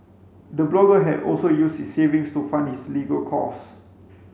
the blogger had also used his savings to fund his legal costs